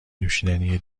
نوشیدنی